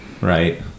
Right